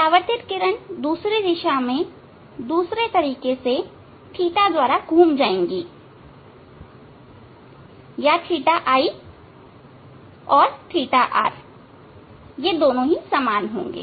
परावर्तित किरण दूसरी दिशा में दूसरे तरीके से ɵ द्वारा घूम जाएंगे या ɵi और ɵr यह दोनों समान होंगे